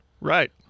Right